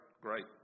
great